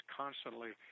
constantly